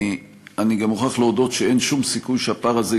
אני גם מוכרח להודות שאין שום סיכוי שהפער הזה